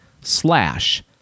slash